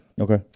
Okay